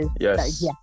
Yes